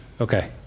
Okay